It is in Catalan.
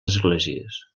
esglésies